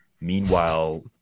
Meanwhile